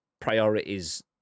priorities